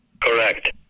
Correct